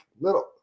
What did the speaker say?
little